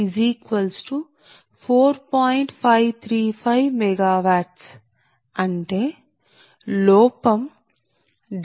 535 MW అంటే లోపం Pg3704